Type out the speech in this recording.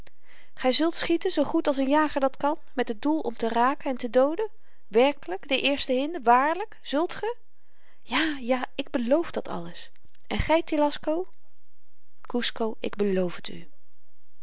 gy zult schieten zoo goed als een jager dat kan met het doel om te raken en te dooden werkelyk de eerste hinde waarlyk zult ge ja ja ik beloof dat alles en gy telasco kusco ik beloof het u